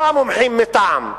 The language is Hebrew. לא המומחים מטעם,